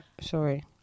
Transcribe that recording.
Sorry